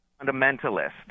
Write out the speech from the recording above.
Fundamentalist